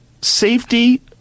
safety